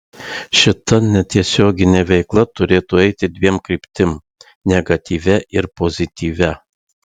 šita netiesioginė veikla turėtų eiti dviem kryptim negatyvia ir pozityvia